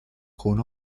con